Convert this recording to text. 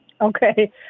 Okay